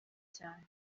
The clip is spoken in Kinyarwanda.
cyane